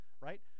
right